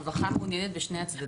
הרווחה מעוניינת בשני הצדדים.